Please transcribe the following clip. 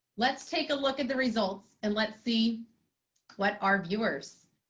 let's take a look at the results and let's see what our viewers.